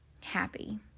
happy